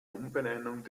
umbenennung